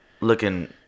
looking